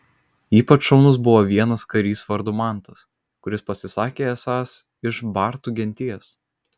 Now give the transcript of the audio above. ypač šaunus buvo vienas karys vardu mantas kuris pasisakė esąs iš bartų genties